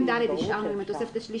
השארנו את 2(ד) להצביע עם התוספת השלישית.